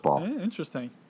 Interesting